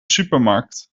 supermarkt